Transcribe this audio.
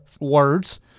Words